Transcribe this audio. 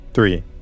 Three